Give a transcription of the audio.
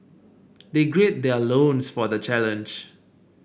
they gird their loins for the challenge